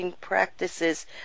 practices